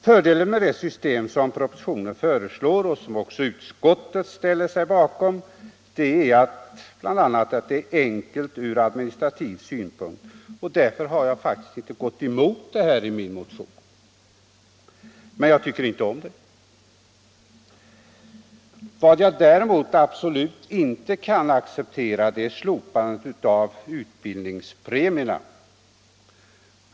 Fördelen med det system som propositionen föreslår och som även utskottet ställer sig bakom är bl.a. att det är enkelt ur administrativ synpunkt. Därför har jag faktiskt inte gått emot det i min motion men jag tycker inte om det. Vad jag däremot absolut inte kan acceptera är slopandet av utbildningspremierna.